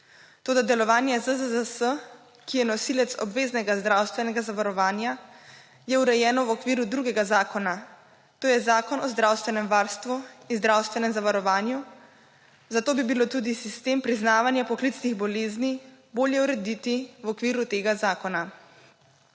toda delovanje ZZZS, ki je nosilec obveznega zdravstvenega zavarovanja, je urejeno v okviru drugega zakona, to je Zakona o zdravstvenem varstvu in zdravstvenem zavarovanju, zato bi bilo tudi sistem priznavanja poklicnih bolezni bolje urediti v okviru tega zakona.